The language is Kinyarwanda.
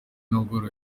n’ubworozi